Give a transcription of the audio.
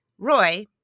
Roy